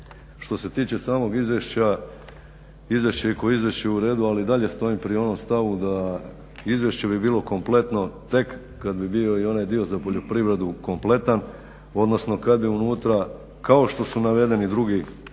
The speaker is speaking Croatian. što se tiče samog izvješća, izvješće je kao izvješće u redu ali i dalje stojim pri onom stavu da izvješće bi bilo kompletno tek kad bi bio i onaj dio za poljoprivredu kompletan, odnosno kad bi unutra kao što su navedeni drugi